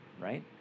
right